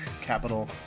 Capital